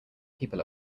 people